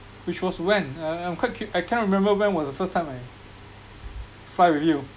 which was when uh I'm quite cu~ I cannot remember when was the first time I fly with you